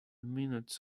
minutes